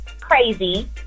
crazy